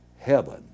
Heaven